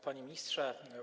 Panie Ministrze!